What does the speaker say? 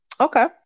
okay